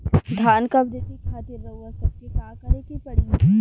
धान क वृद्धि खातिर रउआ सबके का करे के पड़ी?